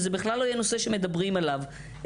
שלא יהיה נושא שמדברים עליו,